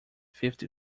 fifty